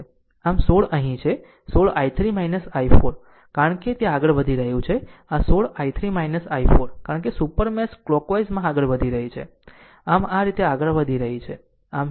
આમ 16 અહીં છે 16 I3 i4 કારણ કે તે આ રીતે આગળ વધી રહ્યું છે આ 16 I3 i4 કારણ કે સુપર મેશ કલોકવાઈઝ માં આગળ વધી રહી છે આ આ રીતે આગળ વધી રહી છે